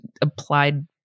applied